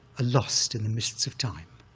ah lost in the mists of time,